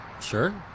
Sure